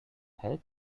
help